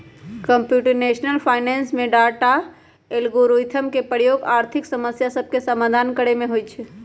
computational finance में data, algorithm के प्रयोग आर्थिक समस्या सभके समाधान करे में होइ छै